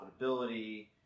profitability